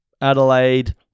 Adelaide